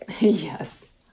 Yes